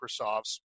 Microsofts